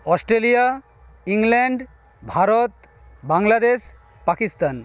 Australia England Bharat Bangladesh Pakistan